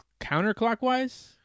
counterclockwise